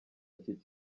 iki